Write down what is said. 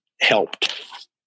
helped